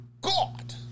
god